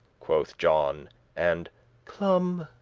quoth john and clum,